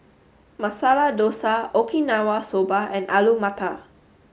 Masala Dosa Okinawa Soba and Alu Matar